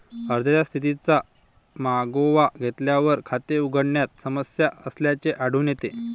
अर्जाच्या स्थितीचा मागोवा घेतल्यावर, खाते उघडण्यात समस्या असल्याचे आढळून येते